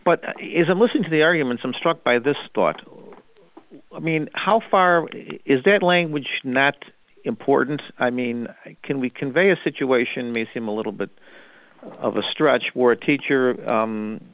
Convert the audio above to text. it is a listen to the arguments i'm struck by this thought i mean how far is that language not important i mean can we convey a situation may seem a little bit of a stretch where a teacher